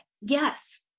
Yes